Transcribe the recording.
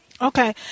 Okay